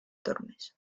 tormes